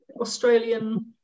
Australian